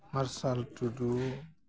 ᱢᱟᱨᱥᱟᱞ ᱴᱩᱰᱩ